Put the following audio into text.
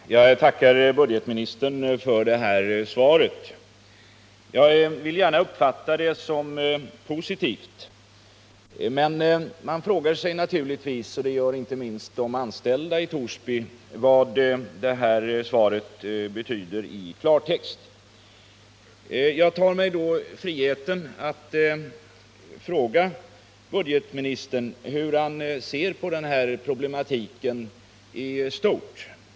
Herr talman! Jag tackar budgetministern för det här svaret. Jag vill gärna uppfatta det som positivt, men man frågar sig naturligtvis — och det gör inte minst de anställda i Torsby — vad svaret betyder i klartext. Jag tar mig då friheten att fråga budgetministern hur han ser på denna problematik i stort.